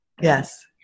Yes